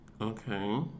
Okay